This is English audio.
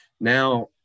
now